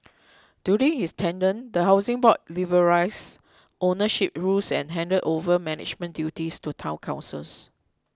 during his tenure the Housing Board liberalised ownership rules and handed over management duties to Town Councils